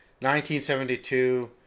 1972